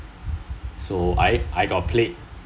so I I got played